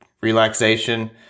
relaxation